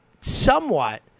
somewhat